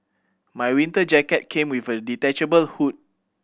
my winter jacket came with a detachable hood